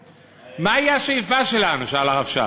מהי השאיפה שלנו, שאל הרב שך.